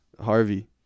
Harvey